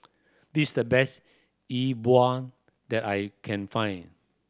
this the best E Bua that I can find